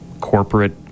corporate